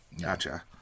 gotcha